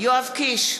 יואב קיש,